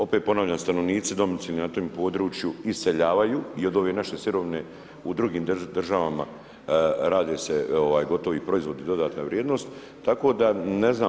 Opet ponavljam, stanovnici domicilni na tome području iseljavaju i od ove naše sirovine u drugim državama rade se gotovi proizvodi, dodatna vrijednost, tako da ne znam.